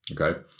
okay